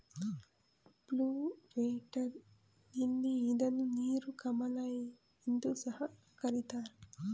blue water lily ಇದನ್ನು ನೀಲಿ ಕಮಲ ಎಂದು ಸಹ ಕರಿತಾರೆ